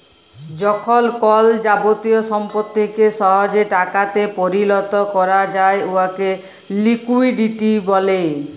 যখল কল যাবতীয় সম্পত্তিকে সহজে টাকাতে পরিলত ক্যরা যায় উয়াকে লিকুইডিটি ব্যলে